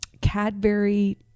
Cadbury